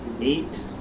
Eight